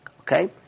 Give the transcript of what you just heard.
okay